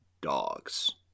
dogs